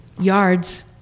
yards